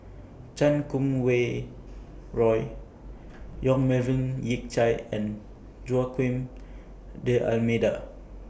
Chan Kum Wei Roy Yong Melvin Yik Chye and Joaquim D'almeida